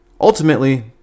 Ultimately